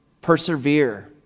persevere